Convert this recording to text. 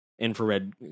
infrared